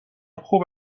خوب